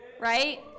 right